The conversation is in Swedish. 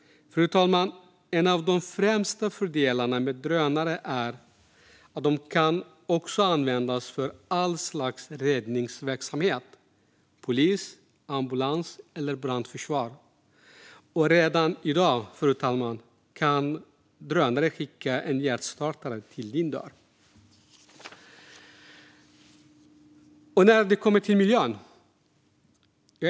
Fru talman! En av de främsta fördelarna med drönare är att de också kan användas för all slags räddningsverksamhet: polis, ambulans eller brandförsvar. Redan i dag kan drönare skicka en hjärtstartare till din dörr. Låt mig också ta upp miljön.